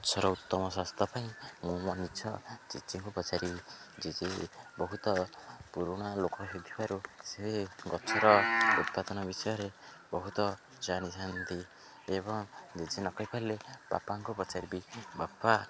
ଗଛର ଉତ୍ତମ ସ୍ୱାସ୍ଥ୍ୟ ପାଇଁ ମୁଁ ମୋ ନିଜ ଜେଜେଙ୍କୁ ପଚାରିବି ଜେଜେ ବହୁତ ପୁରୁଣା ଲୋକ ହେଇଥିବାରୁ ସେ ଗଛର ଉତ୍ପାଦନ ବିଷୟରେ ବହୁତ ଜାଣିଥାନ୍ତି ଏବଂ ଜେଜେ ନକହିପାରିଲେ ବାପାଙ୍କୁ ପଚାରିବି ବାପା